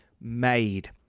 made